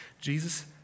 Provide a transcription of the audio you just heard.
Jesus